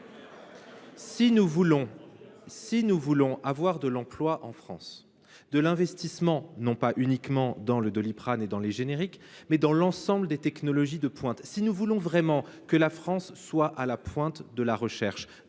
Si nous voulons avoir de l’emploi et de l’investissement en France – non pas uniquement dans le Doliprane et dans les génériques, mais aussi dans l’ensemble des technologies d’avenir –, si nous voulons vraiment que la France soit à la pointe de la recherche,…